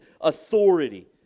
authority